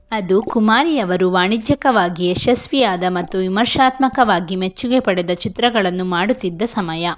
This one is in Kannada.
ಅದು ಕುಮಾರಿಯವರು ವಾಣಿಜ್ಯಕವಾಗಿ ಯಶಸ್ವಿಯಾದ ಮತ್ತು ವಿಮರ್ಶಾತ್ಮಕವಾಗಿ ಮೆಚ್ಚುಗೆ ಪಡೆದ ಚಿತ್ರಗಳನ್ನು ಮಾಡುತ್ತಿದ್ದ ಸಮಯ